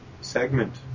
segment